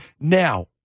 Now